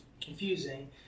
confusing